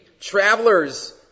travelers